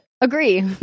Agree